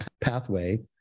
pathway